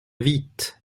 vite